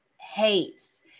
hates